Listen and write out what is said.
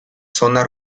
zona